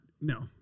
no